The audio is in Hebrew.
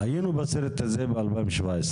היינו בסרט הזה ב-2017.